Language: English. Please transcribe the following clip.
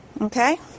Okay